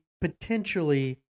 potentially